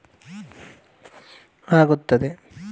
Online ನಲ್ಲಿ monthly premier ಕಾಸ್ ಕಟ್ಲಿಕ್ಕೆ ಆಗ್ತದಾ?